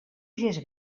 gest